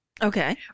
Okay